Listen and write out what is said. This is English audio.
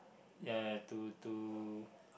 ya to to